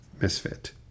misfit